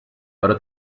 però